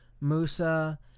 Musa